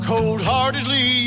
Coldheartedly